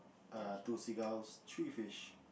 err two seagulls three fish